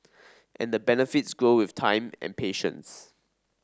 and the benefits grow with time and patience